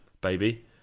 baby